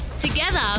Together